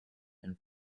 and